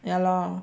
ya lor